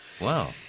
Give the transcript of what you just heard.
Wow